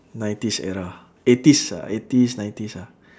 nineties era eighties uh eighties nineties ah